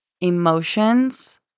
emotions